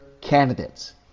Candidates